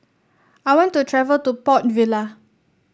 I want to travel to Port Vila